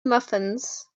muffins